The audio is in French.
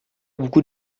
beaucoup